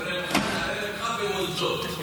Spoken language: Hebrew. הם נערי רווחה במוסדות,